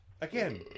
Again